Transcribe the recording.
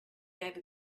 gave